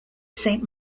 saint